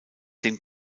dem